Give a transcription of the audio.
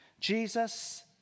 Jesus